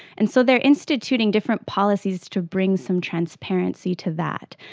and so they are instituting different policies to bring some transparency to that.